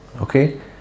okay